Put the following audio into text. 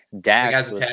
Dax